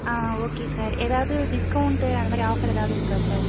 ஆ okay sir ஏதாவது discount அந்த மாதிரி ஆஃபர் ஏதாவது இருக்கா சார்